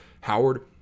Howard